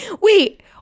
Wait